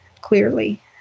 clearly